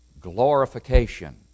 glorification